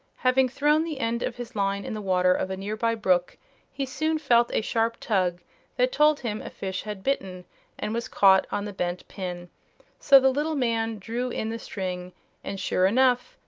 having thrown the end of his line in the water of a nearby brook he soon felt a sharp tug that told him a fish had bitten and was caught on the bent pin so the little man drew in the string and, sure enough,